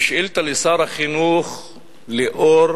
בשאילתא לשר החינוך, לאור